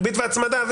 ריבית והצמדה,